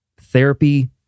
therapy